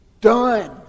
done